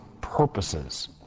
purposes